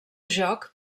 joc